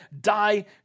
die